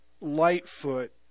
Lightfoot